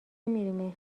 میری